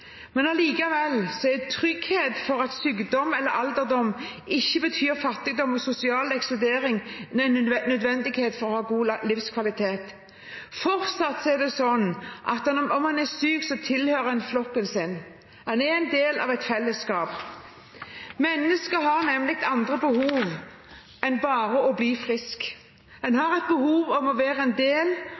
er trygghet for at sykdom eller alderdom ikke betyr fattigdom og sosial ekskludering, nødvendig for å ha god livskvalitet. Fortsatt er det sånn at om man er syk, tilhører en flokken sin – en er en del av et fellesskap. Mennesket har nemlig andre behov enn bare å bli frisk, en har behov for å være en del